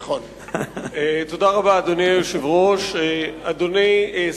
תודה רבה, אדוני היושב-ראש.